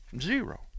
Zero